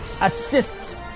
assists